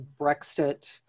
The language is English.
Brexit